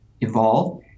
evolve